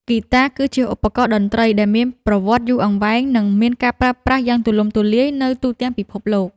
ហ្គីតាគឺជាឧបករណ៍តន្ត្រីដែលមានប្រវត្តិយូរអង្វែង និងមានការប្រើប្រាស់យ៉ាងទូលំទូលាយនៅទូទាំងពិភពលោក។